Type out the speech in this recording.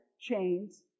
chains